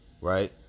right